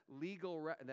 legal